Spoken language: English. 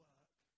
Work